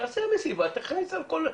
תעשה מסיבה תכניס אלכוהול,